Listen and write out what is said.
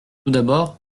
d’abord